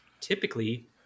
typically